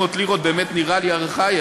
300 לירות, באמת נראה לי ארכאי.